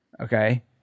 Okay